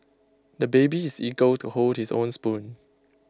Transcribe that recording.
the baby is eager to hold his own spoon